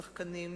שחקנים,